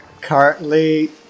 currently